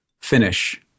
finish